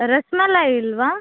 ರಸ್ಮಲಾಯ್ ಇಲ್ಲವಾ